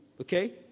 okay